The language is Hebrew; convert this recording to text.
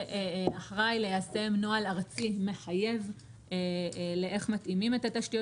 שאחראי ליישם נוהל ארצי מחייב לאיך מתאימים את התשתיות